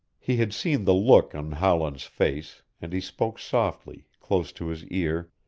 he had seen the look in howland's face, and he spoke softly, close to his ear,